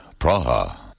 Praha